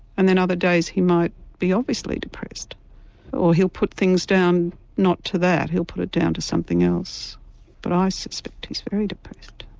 and then other days he might be obviously depressed or he'll put things down not to that, he'll put it down to something else but i suspect he's very depressed.